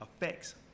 affects